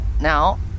now